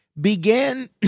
began